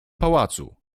pałacu